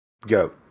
go